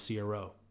CRO